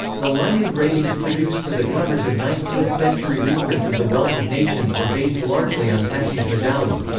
the line engravings produced for the covers of nineteenth century reprints of the wealth of nations were based largely on tassie's medallion.